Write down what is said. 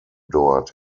dort